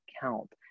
count